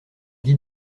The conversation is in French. dit